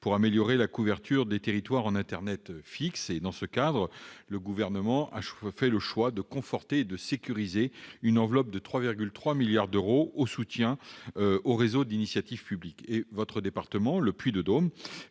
pour améliorer la couverture des territoires en internet fixe. Dans ce cadre, le Gouvernement a fait le choix de conforter et de sécuriser une enveloppe de 3,3 milliards d'euros de soutien aux réseaux d'initiative publique. Votre département, le Puy-de-Dôme,